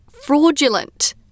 fraudulent